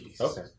Okay